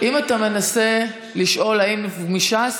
אם אתה מנסה לשאול האם מש"ס,